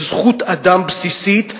היא זכות אדם בסיסית,